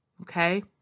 Okay